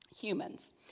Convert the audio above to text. humans